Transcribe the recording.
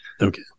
okay